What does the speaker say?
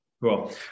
Cool